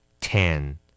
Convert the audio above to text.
Ten